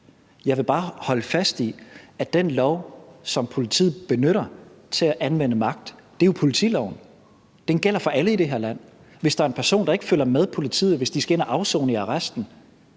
Jeg vil bare holde fast i, at den lov, som politiet benytter til at anvende magt, jo er politiloven. Den gælder for alle i de her land. Hvis der er en person, der ikke følger med politiet, hvis vedkommende skal ind og afsone i arresten,